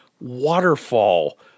waterfall